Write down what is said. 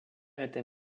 était